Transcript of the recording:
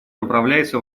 направляется